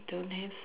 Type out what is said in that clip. don't have